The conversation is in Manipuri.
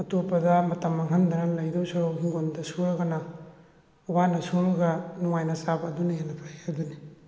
ꯑꯇꯣꯞꯄꯗ ꯃꯇꯝ ꯃꯥꯡꯍꯟꯗꯅ ꯂꯩꯗꯧ ꯁꯔꯨꯛ ꯍꯤꯡꯒꯣꯟꯗ ꯁꯨꯔꯒꯅ ꯋꯥꯅ ꯁꯨꯔꯒ ꯅꯨꯡꯉꯥꯏꯅ ꯆꯥꯕ ꯑꯗꯨꯅ ꯍꯦꯟꯅ ꯐꯩ ꯍꯥꯏꯗꯨꯅꯤ